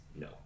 no